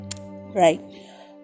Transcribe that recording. right